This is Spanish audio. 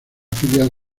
filial